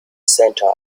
center